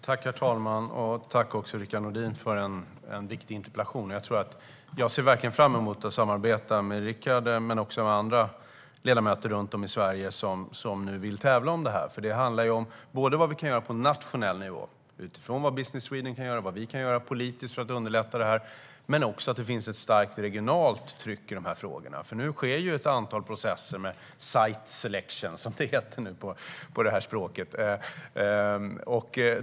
Herr talman! Tack, Rickard Nordin, för en viktig interpellation! Jag ser verkligen fram emot att samarbeta med Rickard och andra ledamöter som vill delta i detta. Det handlar ju om vad vi kan göra på nationell nivå, utifrån vad Business Sweden kan göra och om vad vi kan göra politiskt för att underlätta detta, men också om att det finns ett starkt regionalt tryck i de här frågorna. Nu sker ju ett antal processer med site selection, som det heter på det här språket.